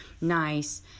nice